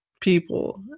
people